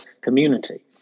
community